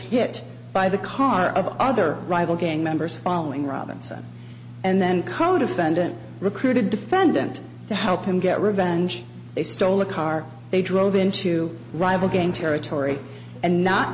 hit by the car of other rival gang members following robinson and then codefendant recruited defendant to help him get revenge they stole a car they draw into rival gang territory and not